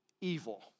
evil